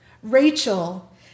Rachel